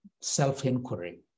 self-inquiry